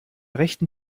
rechten